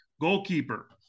Goalkeeper